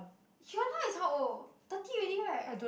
Hyuna is how old thirty already right